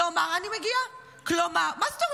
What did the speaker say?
כלומר --- אבל מה עם המליאה?